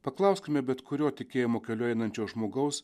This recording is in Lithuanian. paklauskime bet kurio tikėjimo keliu einančio žmogaus